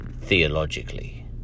theologically